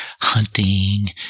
hunting